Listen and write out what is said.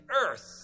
earth